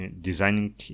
designing